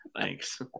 Thanks